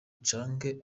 canke